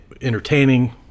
entertaining